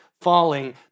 falling